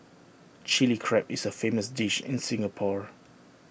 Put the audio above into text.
Chilli Crab is A famous dish in Singapore